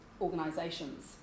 organisations